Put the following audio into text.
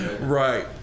Right